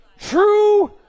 true